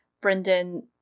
Brendan